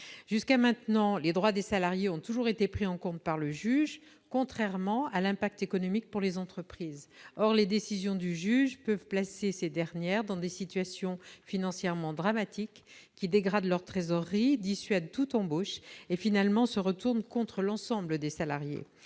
Jusqu'à maintenant, les droits des salariés ont toujours été pris en compte par le juge, contrairement à l'impact économique pour les entreprises. Or les décisions du juge peuvent placer ces dernières dans des situations financièrement dramatiques, qui dégradent leur trésorerie, dissuadent toute embauche et, finalement, se retournent contre l'ensemble des salariés.